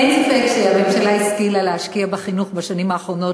אין ספק שהממשלה השכילה להשקיע בחינוך בשנים האחרונות,